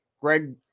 Greg